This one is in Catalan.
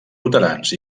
luterans